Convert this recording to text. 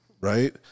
right